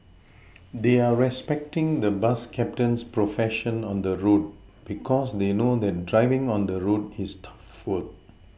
they're respecting the bus captain's profession on the road because they know that driving on the road is tough work